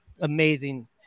amazing